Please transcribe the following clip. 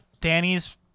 Danny's